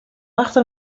achter